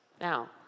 Now